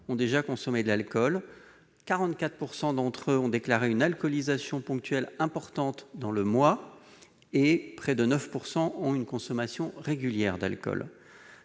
ont déjà consommé de l'alcool, 44 % d'entre eux ont déclaré une alcoolisation ponctuelle importante dans le mois et près de 9 % ont une consommation régulière d'alcool.